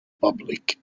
public